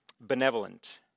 benevolent